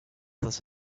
this